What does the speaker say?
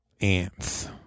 ants